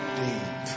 deep